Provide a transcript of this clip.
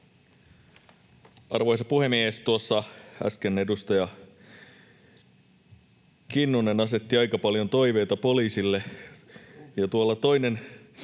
Arvoisa puhemies! Kun tuossa äsken edustaja Kinnunen asetti aika paljon toiveita poliisille,